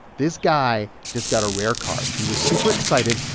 this guy just got a rare card. he was super excited.